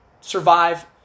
survive